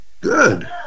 Good